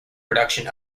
production